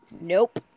Nope